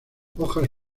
hojas